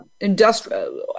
industrial